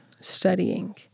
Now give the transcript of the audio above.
studying